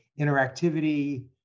interactivity